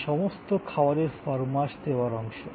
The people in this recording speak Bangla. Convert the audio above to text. এই সমস্ত খাবারের ফরমাশ দেওয়ার অংশ